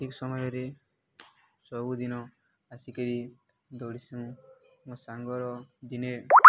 ଠିକ୍ ସମୟରେ ସବୁଦିନ ଆସିକିରି ଦୌଡ଼ିସୁଁ ମୋ ସାଙ୍ଗର ଦିନେ